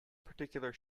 particular